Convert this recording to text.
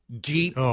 deep